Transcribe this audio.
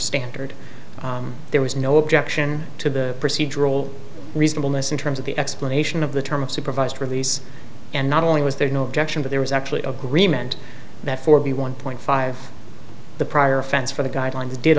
standard there was no objection to the procedural reasonableness in terms of the explanation of the term supervised release and not only was there no objection but there was actually agreement that for b one point five the prior offense for the guidelines did